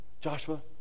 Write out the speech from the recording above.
Joshua